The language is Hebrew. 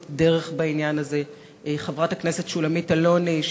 דרך בעניין הזה: חברת הכנסת שולמית אלוני,